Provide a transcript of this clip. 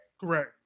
Correct